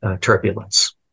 turbulence